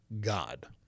God